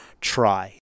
try